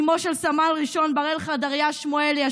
אימו של סמל ראשון בראל חדריה שמואלי,